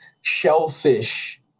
shellfish